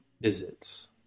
visits